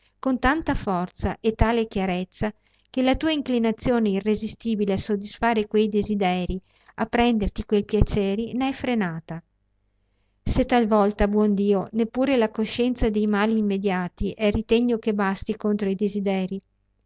con tanta forza e tale chiarezza che la tua inclinazione irresistibile a soddisfar quei desiderii a prenderti quei piaceri ne è frenata se talvolta buon dio neppure la coscienza dei mali immediati è ritegno che basti contro ai desiderii